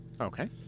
Okay